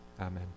amen